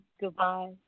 goodbye